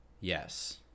Yes